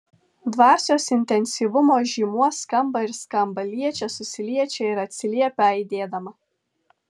dvasios intensyvumo žymuo skamba ir skamba liečia susiliečia ir atsiliepia aidėdama